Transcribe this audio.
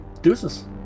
deuces